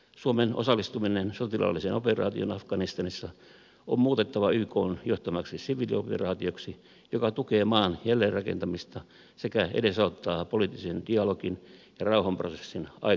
suomen osallistuminen sotilaalliseen operaatioon afganistanissa on muutettava ykn johtamaksi siviilioperaatioksi joka tukee maan jälleenrakentamista sekä edesauttaa poliittisen dialogin ja rauhanprosessin aikaansaamista